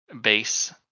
base